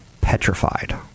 petrified